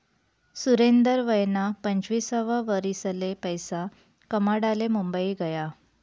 सुरेंदर वयना पंचवीससावा वरीसले पैसा कमाडाले मुंबई गया